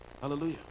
Hallelujah